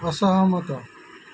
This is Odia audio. ଅସହମତ